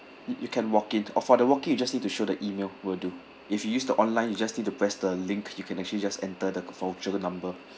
you you can walk in oh for the walk in you just need to show the email will do if you use the online you just need to press the link you can actually just enter the voucher number